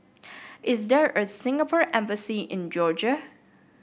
is there a Singapore Embassy in Georgia